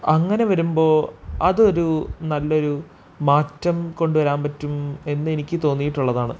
അങ്ങനെ വരുമ്പോള് അതൊരു നല്ലൊരു മാറ്റം കൊണ്ടുവരാൻ പറ്റും എന്ന് എനിക്ക് തോന്നിയിട്ടുള്ളതാണ്